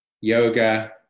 Yoga